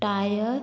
tyre